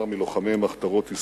אני מבקש.